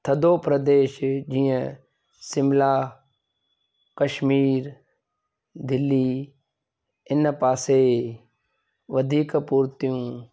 थधो प्रदेश जीअं शिमला कश्मीर दिल्ली हिन पासे वधीक पूर्तियूं